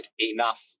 enough